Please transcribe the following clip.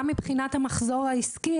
גם מבחינת המחזור העסקי,